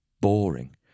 boring